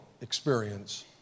experience